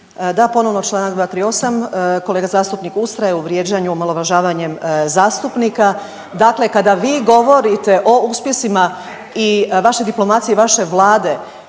Da, ponovo čl. 238., kolega zastupnik ustraje u vrijeđanju omalovažavanjem zastupnika. Dakle kada vi govorite o uspjesima i vaše diplomacije i vaše vlade